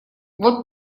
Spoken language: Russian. вот